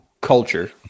culture